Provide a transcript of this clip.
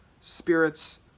spirits